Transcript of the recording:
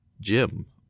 Jim